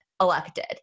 elected